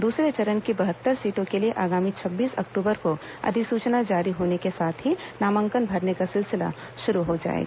दूसरे चरण की बहत्तर सीटों के लिए आगामी छब्बीस अक्टूबर को अधिसूचना जारी होने के साथ ही नामांकन भरने का सिलसिला शुरू हो जाएगा